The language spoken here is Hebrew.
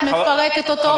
את מפרקת אותו.